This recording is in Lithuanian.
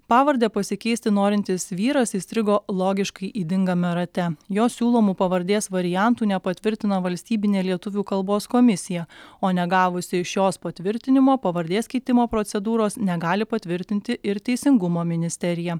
pavardę pasikeisti norintis vyras įstrigo logiškai ydingame rate jo siūlomų pavardės variantų nepatvirtina valstybinė lietuvių kalbos komisija o negavusi iš jos patvirtinimo pavardės keitimo procedūros negali patvirtinti ir teisingumo ministerija